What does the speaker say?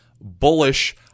bullish